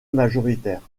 majoritaire